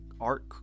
art